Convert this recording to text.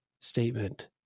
statement